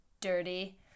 dirty